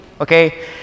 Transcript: Okay